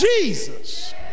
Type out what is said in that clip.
Jesus